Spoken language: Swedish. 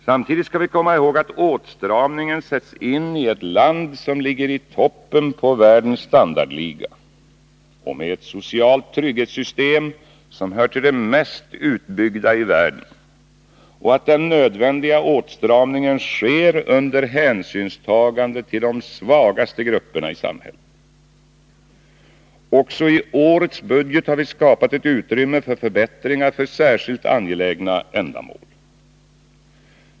Samtidigt skall vi komma ihåg att åtstramningen sätts in i ett land som ligger i toppen på världens standardliga och med ett socialt trygghetssystem som hör till de mest utbyggda i världen och att den nödvändiga åtstramningen sker under hänsynstagande till de svagaste grupperna i samhället. Även i årets budget har vi skapat ett utrymme för förbättringar för särskilt angelägna ändamål.